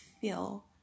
feel